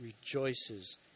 rejoices